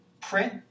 print